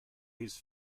his